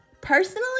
personally